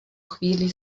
chvíli